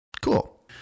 Cool